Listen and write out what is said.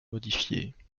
modifiée